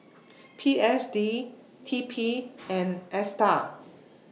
P S D T P and ASTAR